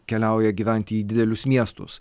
keliauja gyventi į didelius miestus